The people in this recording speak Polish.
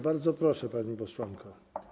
Bardzo proszę, pani posłanko.